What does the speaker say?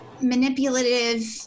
manipulative